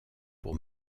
pour